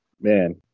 Man